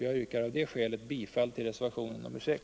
Jag yrkar av det skälet bifall till reservation 6.